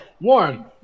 Warren